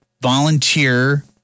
volunteer